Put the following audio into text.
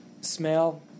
smell